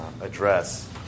address